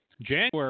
January